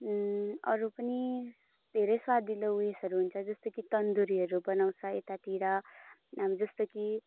अरू पनि धेरै स्वादिलो उयसहरू हुन्छ जस्तो कि तन्दुरीहरू बनाउँछ यतातिर अब जस्तो कि